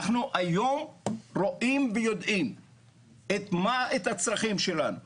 אנחנו היום רואים ויודעים את הצרכים שלנו.